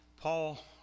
Paul